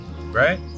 right